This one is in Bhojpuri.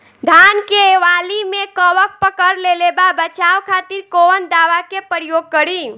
धान के वाली में कवक पकड़ लेले बा बचाव खातिर कोवन दावा के प्रयोग करी?